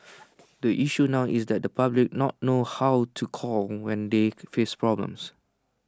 the issue now is that the public not know how to call when they face problems